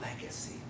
legacy